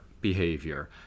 behavior